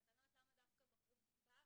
אני לא יודעת למה דווקא בחרו בה.